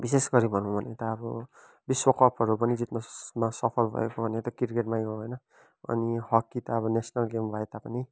बिशेष गरी भनौँ भने त अब विश्वकपहरू पनि जित्नमा सफल भएको भनेको त क्रिकेटमै हो होइन अनि हकी त अब नेसनल गेम भए तापनि